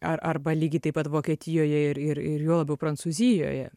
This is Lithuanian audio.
ar arba lygiai taip pat vokietijoje ir ir ir juo labiau prancūzijoje